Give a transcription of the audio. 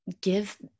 give